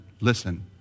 listen